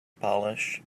polish